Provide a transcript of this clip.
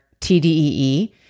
TDEE